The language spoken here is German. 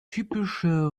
typische